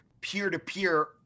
peer-to-peer